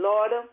Lord